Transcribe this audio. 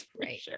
Right